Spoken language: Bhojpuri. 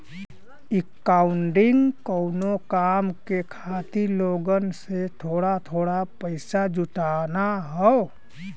क्राउडफंडिंग कउनो काम के खातिर लोगन से थोड़ा थोड़ा पइसा जुटाना हौ